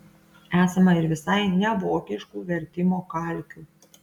esama ir visai nevokiškų vertimo kalkių